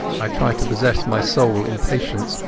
i tried to possess my soul in patience,